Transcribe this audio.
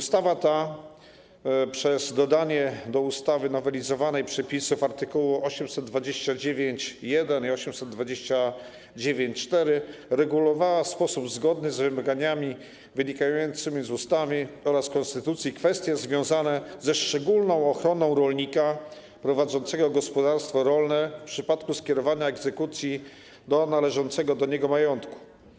Ustawa ta, przez dodanie do ustawy nowelizowanej przepisów art. 829.1 –829.4, regulowała w sposób zgodny z wymaganiami wynikającymi z ustawy oraz konstytucji kwestie związane ze szczególną ochroną rolnika prowadzącego gospodarstwo rolne w przypadku skierowania egzekucji do należącego do niego majątku.